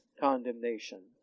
condemnation